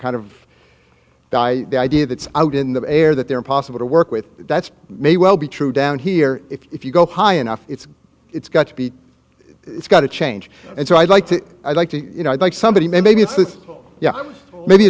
kind of the idea that's out in the air that they're impossible to work with that's may well be true down here if you go high enough it's it's got to be it's got to change and so i'd like to i'd like to you know i'd like somebody maybe if the yeah maybe